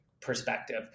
perspective